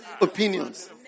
opinions